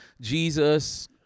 Jesus